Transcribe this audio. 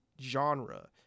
genre